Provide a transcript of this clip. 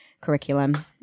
curriculum